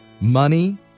money